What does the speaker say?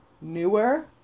newer